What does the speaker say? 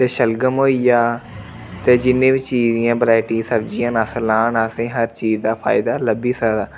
ते शलगम होई गेआ ते जिन्ने बी चीज़ दियां वैरायटी दी सब्जियां अस लान असेंगी हर चीज़ दा फायदा लब्भी सकदा